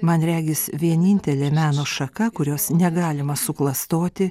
man regis vienintelė meno šaka kurios negalima suklastoti